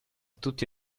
tutti